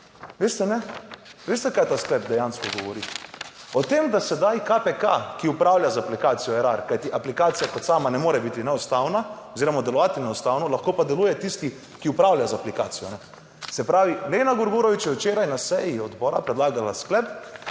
Veste, veste, kaj ta sklep dejansko govori. O tem, da sedaj KPK, ki upravlja z aplikacijo Erar, kajti aplikacija kot sama ne more biti neustavna oziroma delovati neustavno, lahko pa deluje tisti, ki upravlja z aplikacijo. Se pravi, Lena Grgurevič je včeraj na seji odbora predlagala sklep,